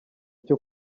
cyo